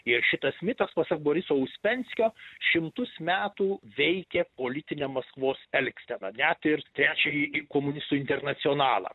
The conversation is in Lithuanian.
ir šitas mitas pasak boriso uspenskio šimtus metų veikė politinę maskvos elgseną net ir trečiąjį komunistų internacionalą